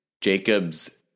Jacob's